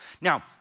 Now